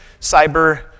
cyber